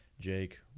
Jake